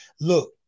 Look